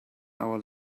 our